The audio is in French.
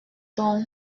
donc